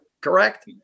correct